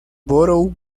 borough